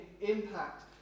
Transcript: impact